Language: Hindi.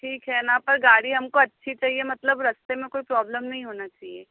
ठीक है न पर गाड़ी हमको अच्छी चाहिए मतलब रास्ते में कोई प्रॉब्लम नहीं होना चाहिए